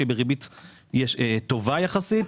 שהיא ריבית טובה יחסית,